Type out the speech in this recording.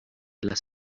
las